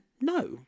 no